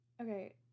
Okay